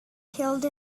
killed